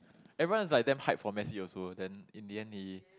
everyone is like damn hype for Messi also then in the end he